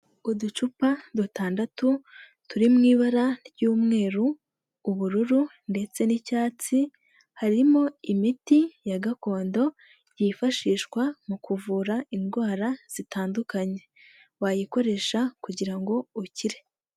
Uducupa dutandatu turi mu ibara ry'umweru, ubururu ndetse n'icyatsi harimo imiti ya gakondo yifashishwa mu kuvura indwara zitandukanye wayikoresha kugira ngo ukire.